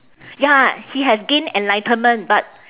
ya he has gain enlightenment but